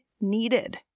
needed